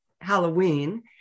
Halloween